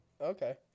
Okay